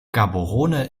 gaborone